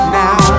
now